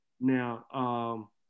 Now